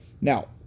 Now